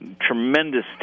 Tremendous